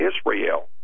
Israel